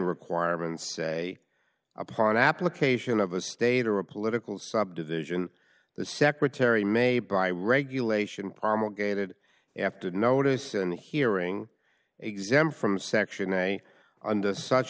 requirements a upon application of a state or a political subdivision the secretary may by regulation promulgated after notice and hearing exempt from section a under such